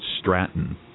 Stratton